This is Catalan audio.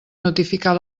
notificar